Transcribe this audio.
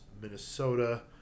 Minnesota